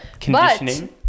Conditioning